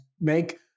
make